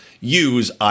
use